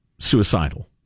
suicidal